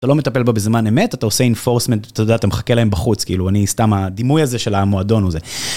אתה לא מטפל בזמן אמת אתה עושה אינפורסמנט אתה יודע אתה מחכה להם בחוץ כאילו אני סתם הדימוי הזה של המועדון הוא זה.